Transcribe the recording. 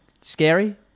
scary